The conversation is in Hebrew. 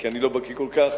כי אני לא בקי כל כך,